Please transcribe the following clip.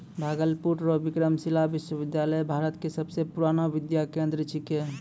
भागलपुर रो विक्रमशिला विश्वविद्यालय भारत के सबसे पुरानो विद्या केंद्र छिकै